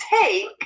take